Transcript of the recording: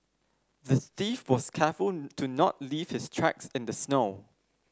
the thief was careful to not leave his tracks in the snow